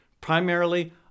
primarily